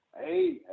Hey